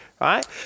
right